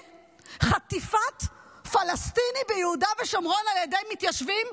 חטיפת פלסטיני ביהודה ושומרון על ידי מתיישבים,